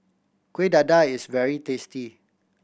Kueh Dadar is very tasty